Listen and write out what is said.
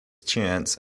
chance